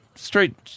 Straight